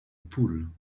pool